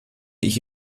ich